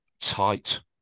Tight